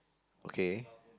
okay